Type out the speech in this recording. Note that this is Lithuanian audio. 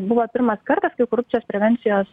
buvo pirmas kartas kai korupcijos prevencijos